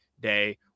day